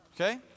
Okay